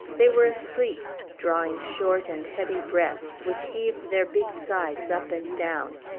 they were asleep, drawing short and heavy breaths, which heaved their big sides up and down.